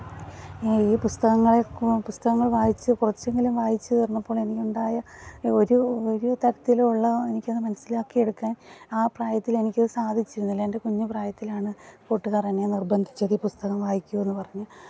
ഈ ഈ പുസ്തകങ്ങളെ പുസ്തകങ്ങള് വായിച്ച് കുറച്ചെങ്കിലും വായിച്ച് തീര്ന്നപ്പോള് എനിക്കുണ്ടായ ഒരു ഒരു തരത്തിലുമുള്ള എനിക്കത് മനസ്സിലാക്കിയെടുക്കാന് ആ പ്രായത്തില് എനിക്കത് സാധിച്ചിരുന്നില്ല എന്റെ കുഞ്ഞു പ്രായത്തിലാണ് കൂട്ടുകാര് എന്നെ നിര്ബന്ധിച്ചത് ഈ പുസ്തകം വായിക്കൂ എന്നു പറഞ്ഞ്